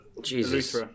jesus